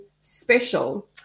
special